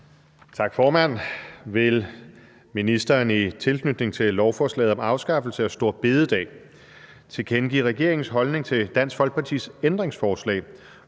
Tak, formand. Vil ministeren – i tilknytning til lovforslaget om afskaffelse af store bededag – tilkendegive regeringens holdning til Dansk Folkepartis ændringsforslag